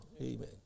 Amen